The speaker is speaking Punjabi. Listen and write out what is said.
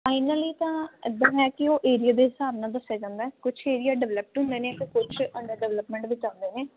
ਫਾਈਨਲੀ ਤਾਂ ਇਧਰ ਹੈ ਕਿ ਉਹ ਏਰੀਆ ਦੇ ਹਿਸਾਬ ਨਾਲ ਦੱਸਿਆ ਜਾਂਦਾ ਕੁਛ ਏਰੀਆ ਡਿਵਲਪ ਟੂ ਮੈਨੇ ਕੁਛ ਅੰਡਰਵਲਪਮੈਂਟ ਵਿੱਚ ਆਉਂਦੇ ਨੇ ਤੇ ਉਹਨਾਂ